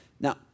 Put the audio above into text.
Now